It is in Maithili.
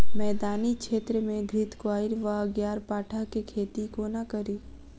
मैदानी क्षेत्र मे घृतक्वाइर वा ग्यारपाठा केँ खेती कोना कड़ी?